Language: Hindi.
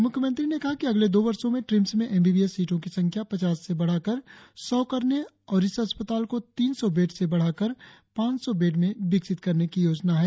मुख्यमंत्री ने कहा कि अगले दो वर्षों में ट्रिम्स में एम बी बी एस सीटों की संख्या पचास से बढ़ाकर सौ करने और इस अस्पताल को तीन सौ बेड से बढ़ाकर पांच सौ बेड में विकसित करने की योजना है